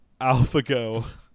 AlphaGo